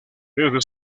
desde